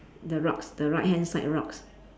the rocks the right hand side rocks